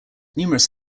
numerous